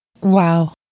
Wow